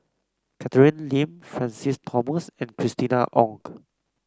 Catherine Lim Francis Thomas and Christina Ong